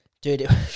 dude